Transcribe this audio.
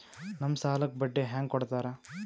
ನಮ್ ಸಾಲಕ್ ಬಡ್ಡಿ ಹ್ಯಾಂಗ ಕೊಡ್ತಾರ?